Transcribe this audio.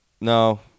No